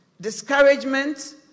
discouragement